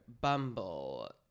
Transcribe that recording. Bumble